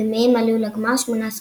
ומהם עלו לגמר 18 נבחנים.